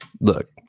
look